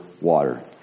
water